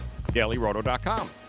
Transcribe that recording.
DailyRoto.com